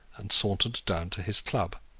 and sauntered down to his club.